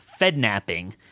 Fednapping